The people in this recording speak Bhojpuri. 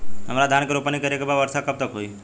हमरा धान के रोपनी करे के बा वर्षा कब तक होई?